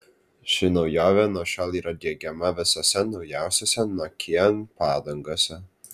ši naujovė nuo šiol yra diegiama visose naujausiose nokian padangose